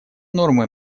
нормы